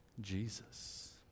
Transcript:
Jesus